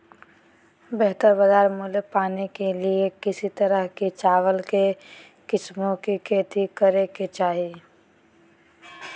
बेहतर बाजार मूल्य पाने के लिए किस तरह की चावल की किस्मों की खेती करे के चाहि?